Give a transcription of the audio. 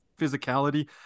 physicality